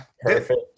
perfect